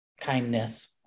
kindness